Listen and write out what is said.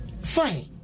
Fine